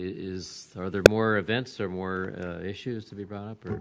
is are there more events or more issues to be brought up or?